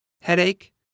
headache